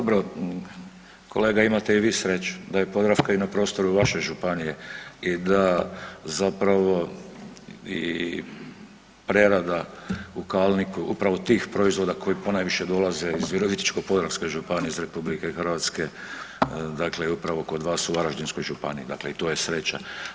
Dobro, kolega imate i vi sreću da je „Podravka“ i na prostoru vaše županije i da zapravo i prerada u Kalniku upravo tih proizvoda koji ponajviše dolaze iz Virovitičko-podravske županije iz RH, dakle upravo kod vas u Varaždinskoj županiji, dakle i to je sreća.